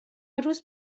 روز